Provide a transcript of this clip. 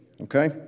Okay